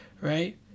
right